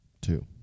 two